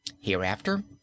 Hereafter